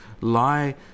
lie